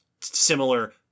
similar